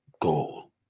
goal